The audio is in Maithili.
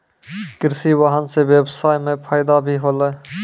कृषि वाहन सें ब्यबसाय म फायदा भी होलै